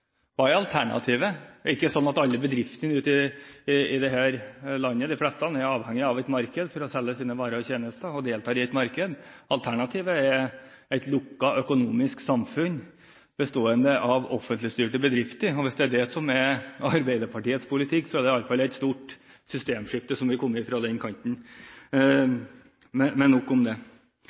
Hva er alternativet? Er det ikke sånn at de fleste bedriftene i dette landet er avhengig av – og deltar i – et marked for å selge sine varer og tjenester? Alternativet er et økonomisk lukket samfunn bestående av offentlig styrte bedrifter. Hvis det er det som er Arbeiderpartiets politikk, er det iallfall et stort systemskifte som har kommet fra den kanten. Men nok om det.